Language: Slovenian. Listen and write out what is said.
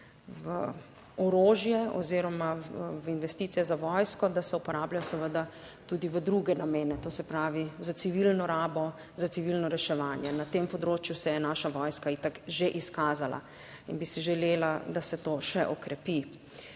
v orožje oziroma v investicije za vojsko, da se uporabljajo seveda tudi v druge namene, to se pravi za civilno rabo, za civilno reševanje na tem področju se je naša vojska, itak že izkazala in bi si želela, da se to še okrepi.